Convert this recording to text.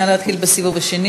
נא להתחיל בסיבוב השני,